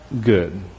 good